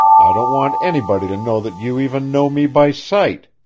i don't want anybody to know that you even know me by sight!